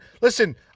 listen